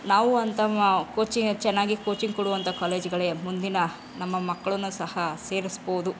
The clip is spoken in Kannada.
ನಾವು ಅಂತಹ ಕೋಚಿಂಗ್ ಚೆನ್ನಾಗಿ ಕೋಚಿಂಗ್ ಕೊಡುವಂಥ ಕಾಲೇಜುಗಳೇ ಮುಂದಿನ ನಮ್ಮ ಮಕ್ಕಳನ್ನು ಸಹ ಸೇರಿಸ್ಬೋದು